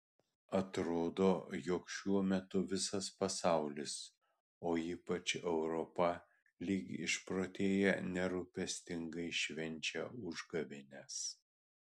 atrodo jog šiuo metu visas pasaulis o ypač europa lyg išprotėję nerūpestingai švenčia užgavėnes